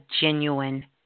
genuine